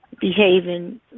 behaving